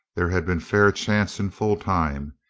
there had been fair chance and full time.